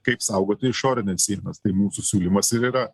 kaip saugoti išorines sienas tai mūsų siūlymas ir yra